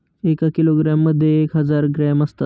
एका किलोग्रॅम मध्ये एक हजार ग्रॅम असतात